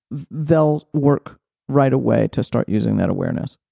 they'll work right away to start using that awareness.